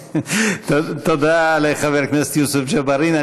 תודה לחבר הכנסת יוסף ג'בארין.